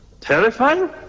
terrifying